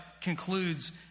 concludes